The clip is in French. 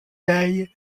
l’œil